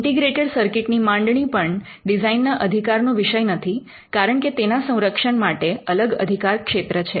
integrated circuit ની માંડણી પણ ડિઝાઇનના અધિકાર નો વિષય નથી કારણકે તેના સંરક્ષણ માટે અલગ અધિકારક્ષેત્ર છે